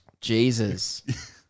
Jesus